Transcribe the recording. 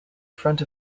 front